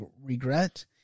regret